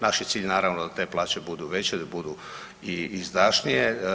Naš je cilj naravno da te plaće budu veće, da budu izdašnije.